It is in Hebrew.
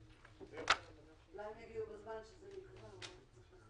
אני מקדם בברכה את שר הבינוי והשיכון הרב יעקב ליצמן,